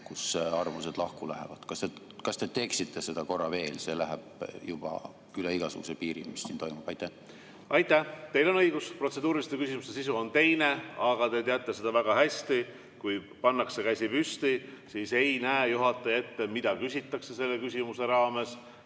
kui arvamused lahku lähevad. Kas te teeksite seda korra veel? See läheb juba üle igasuguse piiri, mis siin toimub. Aitäh! Teil on õigus, protseduuriliste küsimuste sisu on teine. Aga te teate seda väga hästi, et kui pannakse käsi püsti, siis ei näe juhataja ette, mida küsitakse selle küsimuse raames.